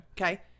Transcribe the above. okay